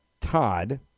Todd